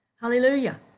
Hallelujah